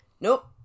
Nope